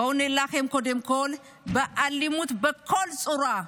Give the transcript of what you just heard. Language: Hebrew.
בואו נילחם קודם כול באלימות בכל צורה,